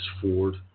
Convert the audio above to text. Ford